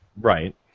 Right